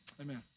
Amen